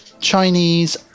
chinese